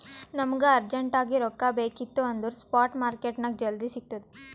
ನಮುಗ ಅರ್ಜೆಂಟ್ ಆಗಿ ರೊಕ್ಕಾ ಬೇಕಿತ್ತು ಅಂದುರ್ ಸ್ಪಾಟ್ ಮಾರ್ಕೆಟ್ನಾಗ್ ಜಲ್ದಿ ಸಿಕ್ತುದ್